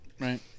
right